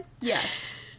Yes